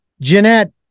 Jeanette